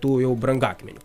tų jau brangakmenių